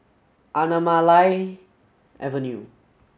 Anamalai Avenue